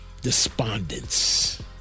Despondence